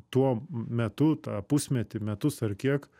tuo metu tą pusmetį metus ar kiek